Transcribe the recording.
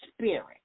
Spirit